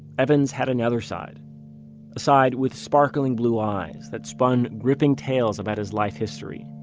evans had another side. a side with sparkling blue eyes that spun gripping tales about his life history.